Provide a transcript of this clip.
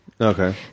Okay